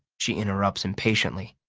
she interrupts impatiently.